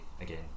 again